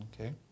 okay